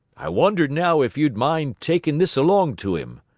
i wonder now if you'd mind taking this along to him,